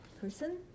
person